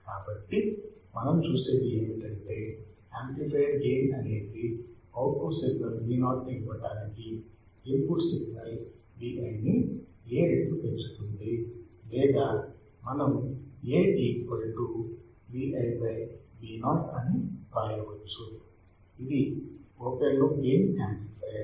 కాబట్టి మనం చూసేది ఏమిటంటే యాంప్లిఫైయర్ గెయిన్ అనేది అవుట్పుట్ సిగ్నల్ Vo ని ఇవ్వడానికి ఇన్పుట్ సిగ్నల్ Vi ని A రెట్లు పెంచుతుంది లేదా మనం A equal to Vi Vo అని వ్రాయవచ్చు ఇది ఓపెన్ లూప్ గెయిన్ యాంప్లిఫైయర్